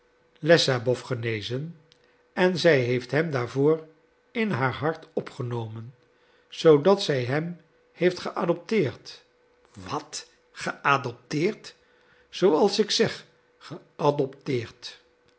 lessabow genezen en zij heeft hem daarvoor in haar hart opgenomen zoodat zij hem heeft geadopteerd wat geadopteerd zooals ik zeg geadopteerd